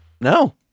No